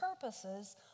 purposes